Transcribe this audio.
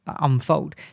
unfold